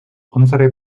unsere